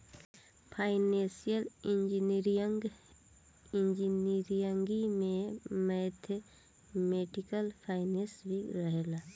financial engineering में mathematical finance भी रहेला